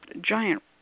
giant